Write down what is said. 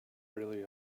really